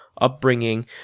upbringing